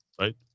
right